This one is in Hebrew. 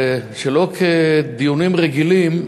שלא כמו בדיונים רגילים,